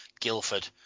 Guildford